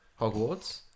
Hogwarts